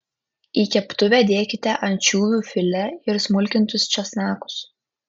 į keptuvę dėkite ančiuvių filė ir smulkintus česnakus